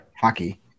hockey